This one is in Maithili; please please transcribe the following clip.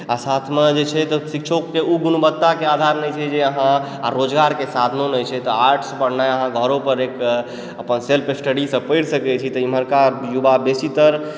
आ साथमे जे छै शिक्षक के ओ गुणवत्ताके आधार नहि छै जे अहाँ रोजगारके साधनो नहि छै तऽ आर्ट्स पढनाइ अहाँ घरो पर रहिकऽ अपन सेल्फ स्टडी से पढ़ि सकै छी तऽ इम्हरका बा बेसीतर